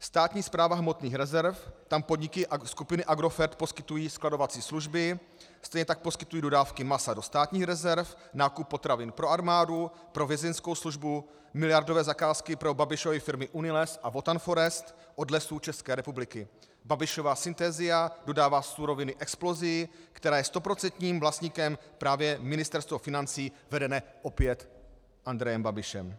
Státní správa hmotných rezerv tam podniky skupiny Agrofert poskytují skladovací služby, stejně tak poskytují dodávky masa do státních rezerv, nákup potravin pro armádu, pro Vězeňskou službu, miliardové zakázky pro Babišovy firmy Uniles a Wotan Forest od Lesů České republiky, Babišova Synthesia dodává suroviny Explosii, které je stoprocentním vlastníkem právě Ministerstvo financí vedené opět Andrejem Babišem.